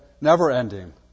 never-ending